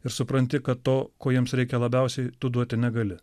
ir supranti kad to ko jiems reikia labiausiai tu duoti negali